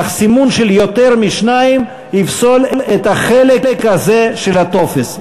אך סימון של יותר משניים יפסול את החלק הזה של הטופס.